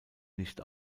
nicht